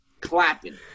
clapping